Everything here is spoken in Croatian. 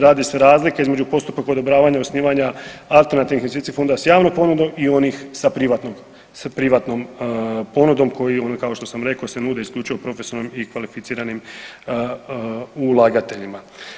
Radi se razlika između postupka odobravanja i osnivanja alternativnih investicijskih fondova s javnom ponudom i onih sa privatnom ponudom koji ono kao što sam rekao se nude isključivo profesionalnim i kvalificiranim ulagateljima.